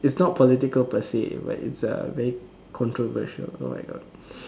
it's not political per se but it's a very controversial oh my God